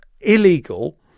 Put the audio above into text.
illegal